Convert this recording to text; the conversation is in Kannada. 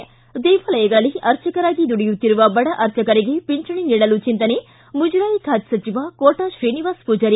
ಿ ದೇವಾಲಯಗಳಲ್ಲಿ ಆರ್ಚಕರಾಗಿ ದುಡಿಯುತ್ತಿರುವ ಬಡ ಅರ್ಚಕರಿಗೆ ಖಂಚಣಿ ನೀಡಲು ಚಿಂತನೆ ಮುಜರಾಯಿ ಖಾತೆ ಸಚಿವ ಕೋಟಾ ಶ್ರೀನಿವಾಸ ಪೂಜಾರಿ